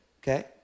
okay